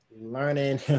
learning